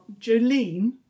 Jolene